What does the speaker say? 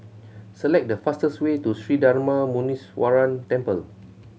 select the fastest way to Sri Darma Muneeswaran Temple